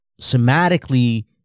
somatically